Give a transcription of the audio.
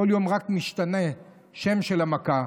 כל יום רק משתנה שם המכה,